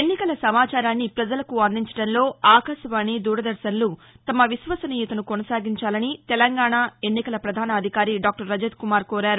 ఎన్నికల సమాచారాన్ని పజలకు అందించడంలో అకాశవాణి దూరదర్శన్లు తమ విశ్వసనీయతను కొనసాగించాలని తెలంగాణ ఎన్నికల పధాన అధికారి డాక్టర్ రజత్ కుమార్ కోరారు